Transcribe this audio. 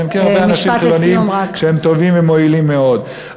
אני מכיר הרבה אנשים חילונים שהם טובים ומועילים מאוד,